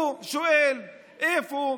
הוא שואל איפה,